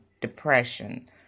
depression